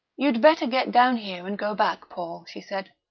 you'd better get down here and go back, paul, she said.